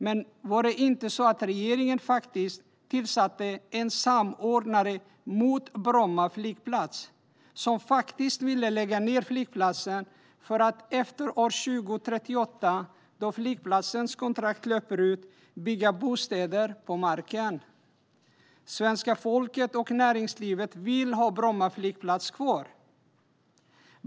Men var det inte så att regeringen tillsatte en samordnare mot Bromma flygplats som faktiskt ville lägga ned flygplatsen för att efter år 2038, då flygplatsens kontrakt löper ut, bygga bostäder på marken? Svenska folket och näringslivet vill ha Bromma flygplats kvar.